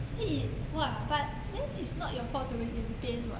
say he !wah! but then it's not your fault to be in pain what